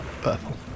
purple